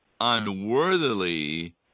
unworthily